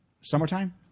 summertime